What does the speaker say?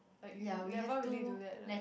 like you never really do that right